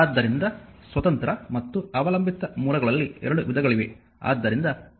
ಆದ್ದರಿಂದ ಸ್ವತಂತ್ರ ಮತ್ತು ಅವಲಂಬಿತ ಮೂಲಗಳಲ್ಲಿ 2 ವಿಧಗಳಿವೆ